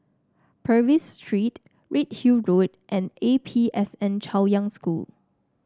Purvis Street Redhill Road and A P S N Chaoyang School